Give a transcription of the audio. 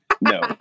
No